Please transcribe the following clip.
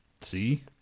See